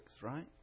right